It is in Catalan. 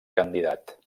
candidat